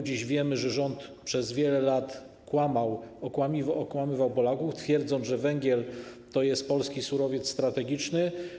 Dziś wiemy, że rząd przez wiele lat kłamał, okłamywał Polaków, twierdząc, że węgiel to jest polski surowiec strategiczny.